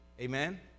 Amen